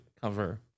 cover